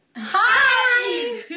Hi